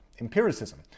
empiricism